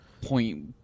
point